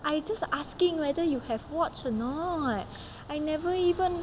I just asking whether you have watched or not I never even